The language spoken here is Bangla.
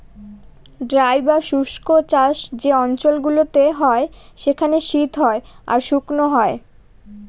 ড্রাই বা শুস্ক চাষ যে অঞ্চল গুলোতে হয় সেখানে শীত হয় আর শুকনো হয়